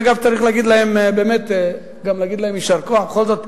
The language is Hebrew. אגב, צריך גם להגיד להם יישר כוח, בכל זאת,